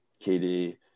KD